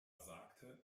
sagte